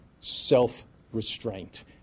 self-restraint